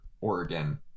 Oregon